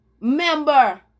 member